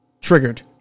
triggered